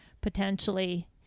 potentially